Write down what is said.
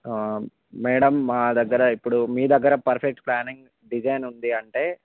madam మా దగ్గర ఇప్పుడు మీ దగ్గర పర్ఫెక్ట్ ప్లానింగ్ డిజైన్ ఉంది అంటే